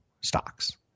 stocks